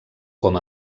com